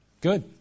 Good